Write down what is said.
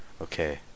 Okay